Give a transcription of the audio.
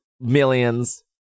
millions